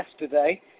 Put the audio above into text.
yesterday